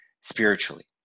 spiritually